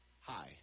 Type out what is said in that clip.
Hi